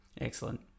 Excellent